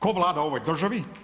Ko vlada u ovoj državi?